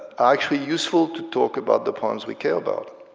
actually useful to talk about the problems we care about.